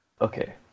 Okay